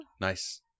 Nice